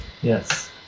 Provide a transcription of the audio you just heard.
Yes